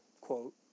quote